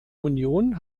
union